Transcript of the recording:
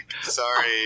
sorry